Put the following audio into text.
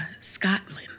Scotland